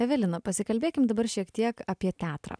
evelina pasikalbėkim dabar šiek tiek apie teatrą